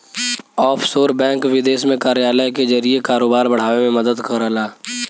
offshore bank विदेश में कार्यालय के जरिए कारोबार बढ़ावे में मदद करला